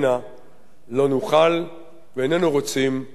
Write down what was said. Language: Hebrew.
לא נוכל ואיננו רוצים להתעלם.